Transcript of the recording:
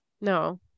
No